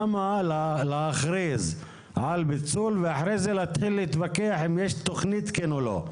למה להכריז על פיצול ואחרי זה להתחיל להתווכח אם יש תוכנית או לא?